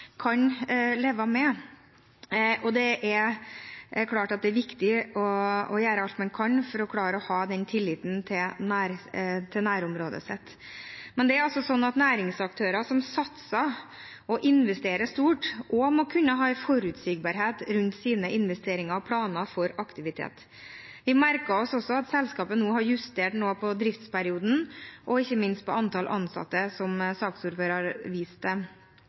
kan leve med, og det er viktig at de gjør alt de kan for å ha den tilliten i nærområdet sitt. Men næringsaktører som satser og investerer stort, må også kunne ha en forutsigbarhet rundt sine investeringer og planer for aktivitet. Vi merker oss også at selskapet nå har justert noe på driftsperioden og ikke minst antall ansatte, som saksordføreren viste til.